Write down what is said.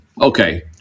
Okay